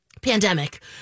Pandemic